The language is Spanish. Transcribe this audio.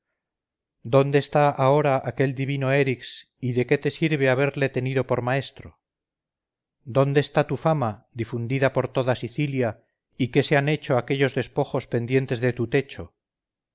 dónde está ahora aquel divino erix y de qué te sirve haberle tenido por maestro dónde está tu fama difundida por toda sicilia y qué se han hecho aquellos despojos pendientes de tu techo